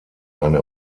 eine